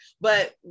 but-